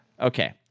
okay